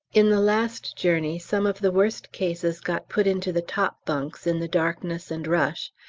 in the last journey some of the worst cases got put into the top bunks, in the darkness and rush,